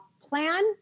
plan